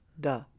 Duh